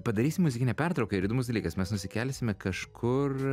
padarysim muzikinę pertrauką ir įdomus dalykas mes nusikelsime kažkur